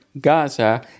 Gaza